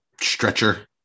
stretcher